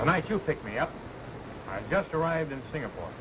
and i to pick me up i just arrived in singapore